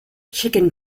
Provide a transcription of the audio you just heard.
chicken